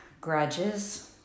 grudges